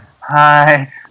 hi